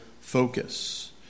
focus